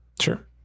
Sure